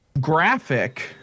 graphic